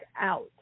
out